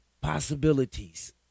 possibilities